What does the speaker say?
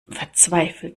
verzweifelt